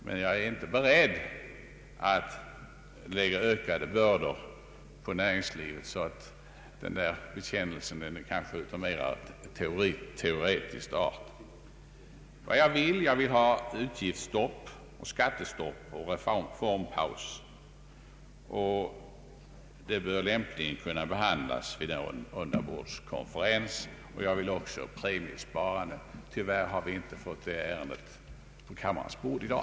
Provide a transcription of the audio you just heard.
Men jag är inte beredd att lägga ökade bördor på näringslivet, så min bekännelse är kanske mera av teoretisk art. Jag vill ha utgiftsstopp, skattestopp och reformpaus. Ämnet bör lämpligen kunna behandlas vid en rundabordskonferens. Jag vill även ha premiesparande. Tyvärr har vi inte fått det ärendet på kammarens bord i dag.